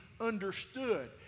understood